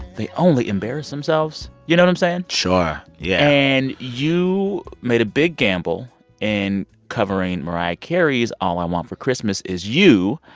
they only embarrass themselves. you know what i'm saying? sure. yeah and you made a big gamble in covering mariah carey's all i want for christmas is you.